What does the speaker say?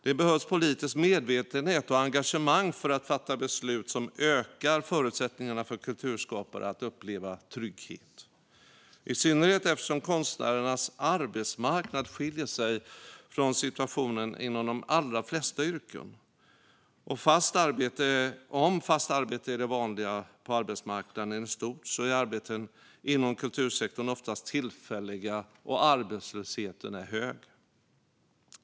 Det behövs politisk medvetenhet och engagemang för att fatta beslut som ökar förutsättningarna för kulturskapare att uppleva trygghet, i synnerhet eftersom konstnärernas arbetsmarknad skiljer sig från situationen inom de allra flesta yrken. Om fast arbete är det vanliga på arbetsmarknaden i stort är arbeten inom kultursektorn oftast tillfälliga och arbetslösheten hög.